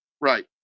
Right